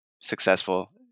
successful